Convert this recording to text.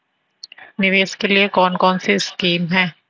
निवेश के लिए कौन कौनसी स्कीम हैं?